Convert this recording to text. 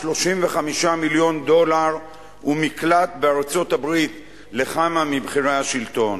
35 מיליון דולר ומקלט בארצות-הברית לכמה מבכירי השלטון.